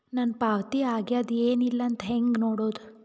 ನನ್ನ ಪಾವತಿ ಆಗ್ಯಾದ ಏನ್ ಇಲ್ಲ ಅಂತ ಹೆಂಗ ನೋಡುದು?